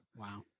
Wow